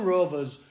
Rovers